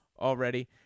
already